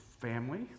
family